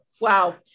wow